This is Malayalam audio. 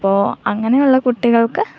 അപ്പോൾ അങ്ങനെയുള്ള കുട്ടികൾക്ക്